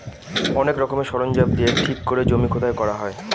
অনেক রকমের সরঞ্জাম দিয়ে ঠিক করে জমি খোদাই করা হয়